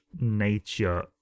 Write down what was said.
nature